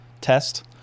test